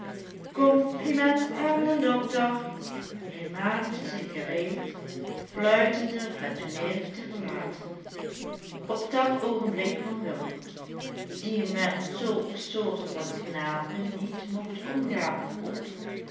compliment aan den dokter hij maakte zich gereed fluitende het tooneel te verlaten op dit oogenblik kwam willem die met zulk soort van knapen niet mocht omgaan op